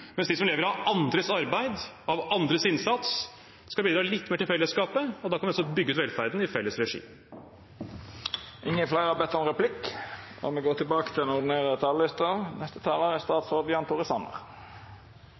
mens de som lever av andres arbeid og andres innsats, skal bidra litt mer til fellesskapet. Da kan vi også bygge ut velferden i felles regi. Replikkordskiftet er omme. 2020 har satt samfunnet vårt på store prøver. Pandemien har minnet oss om hvor sårbare vi er.